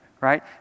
right